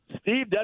Steve